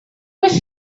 was